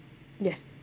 yes